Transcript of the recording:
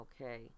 okay